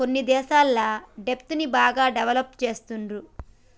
కొన్ని దేశాలల్ల దెబ్ట్ ని బాగా డెవలప్ చేస్తుండ్రు